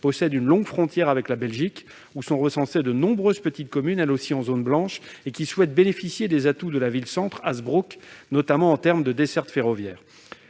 possède une longue frontière avec la Belgique, où sont recensées de nombreuses petites communes, elle aussi en zone blanche, qui souhaitent bénéficier des atouts de la ville centre, Hazebrouck, notamment pour la desserte ferroviaire.